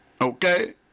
Okay